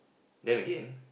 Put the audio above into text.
then again